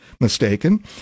mistaken